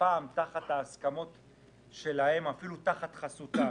הפעם תחת ההסכמות שלהם, אפילו תחת חסותם.